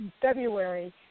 february